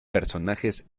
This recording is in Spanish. personajes